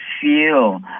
feel